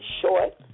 short